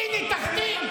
אין לך בושה?